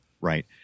right